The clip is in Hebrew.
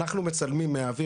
אנחנו מצלמים מהאוויר,